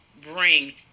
bring